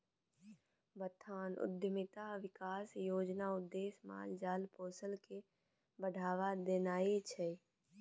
बथान उद्यमिता बिकास योजनाक उद्देश्य माल जाल पोसब केँ बढ़ाबा देनाइ छै